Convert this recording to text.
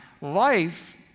life